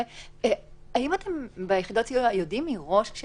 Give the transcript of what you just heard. האם אתם יודעים מראש ביחידות הסיוע,